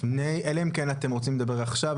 אלא אם כן אתם רוצים לדבר עכשיו,